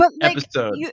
episode